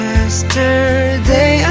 Yesterday